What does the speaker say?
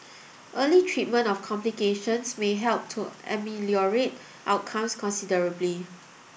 early treatment of complications may help to ameliorate outcomes considerably